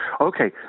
Okay